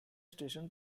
station